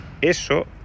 Eso